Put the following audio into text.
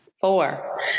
Four